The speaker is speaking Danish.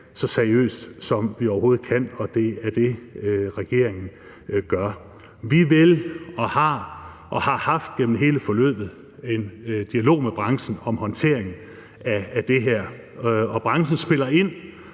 så seriøst, som vi overhovedet kan, og det er det, regeringen gør. Kl. 22:02 Vi vil fortsætte med at have og har igennem hele forløbet haft en dialog med branchen om håndteringen af det her, og branchen spiller ind